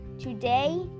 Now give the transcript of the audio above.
Today